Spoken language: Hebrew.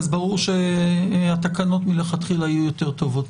אז ברור שהתקנות מלכתחילה יהיו יותר טובות.